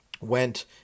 went